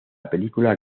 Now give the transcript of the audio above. película